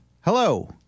Hello